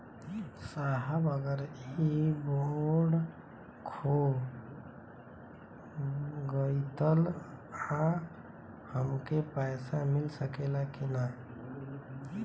साहब अगर इ बोडखो गईलतऽ हमके पैसा मिल सकेला की ना?